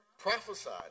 prophesied